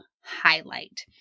highlight